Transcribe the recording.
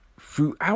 throughout